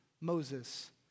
Moses